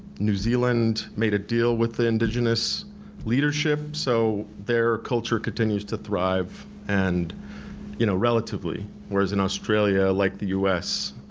new zealand made a deal with the indigenous leadership, so their culture continues to thrive, and you know relatively, whereas in australia, like the us,